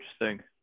interesting